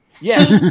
yes